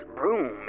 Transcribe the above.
room